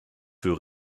für